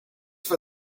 for